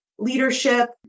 leadership